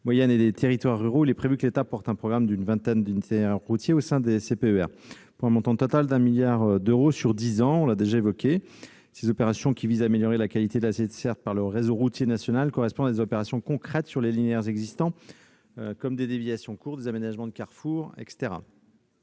et des territoires ruraux, il est prévu que l'État porte un programme d'une vingtaine d'itinéraires routiers au sein des CPER, pour un montant total d'un milliard d'euros sur dix ans. Ces projets visant à améliorer la qualité de la desserte par le réseau routier national correspondent à des opérations concrètes sur les itinéraires existants, comme des déviations courtes, des aménagements de carrefours, etc.